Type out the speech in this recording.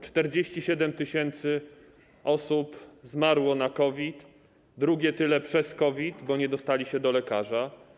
47 tys. osób zmarło na COVID, drugie tyle przez COVID, bo nie dostały się do lekarza.